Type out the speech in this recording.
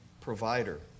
provider